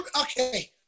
okay